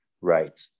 right